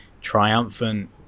triumphant